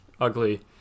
ugly